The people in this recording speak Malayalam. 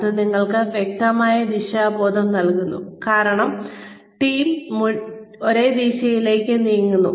ഇത് നിങ്ങൾക്ക് വ്യക്തമായ ദിശാബോധം നൽകുന്നു കാരണം മുഴുവൻ ടീമും ഒരേ ദിശയിലേക്ക് നീങ്ങുന്നു